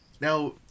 Now